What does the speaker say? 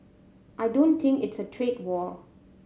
I don't think it's a trade war